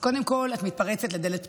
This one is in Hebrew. קודם כול, את מתפרצת לדלת פתוחה.